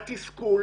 התסכול,